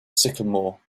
sycamore